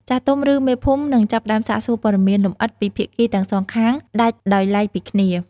ចាស់ទុំ ឬមេភូមិ នឹងចាប់ផ្តើមសាកសួរព័ត៌មានលម្អិតពីភាគីទាំងសងខាងដាច់ដោយឡែកពីគ្នា។